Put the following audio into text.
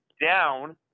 down